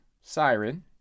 siren